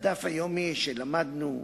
בדף היומי שלמדנו אתמול,